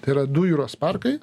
tai yra du jūros parkai